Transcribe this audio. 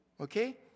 Okay